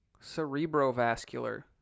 Cerebrovascular